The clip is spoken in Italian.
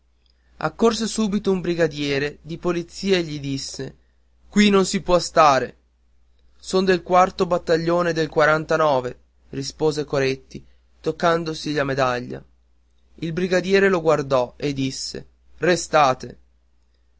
accorse subito un brigadiere di polizia e gli disse qui non si può stare son del quarto battaglione del rispose coretti toccandosi la medaglia il brigadiere lo guardò e disse restate